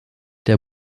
der